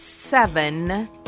seven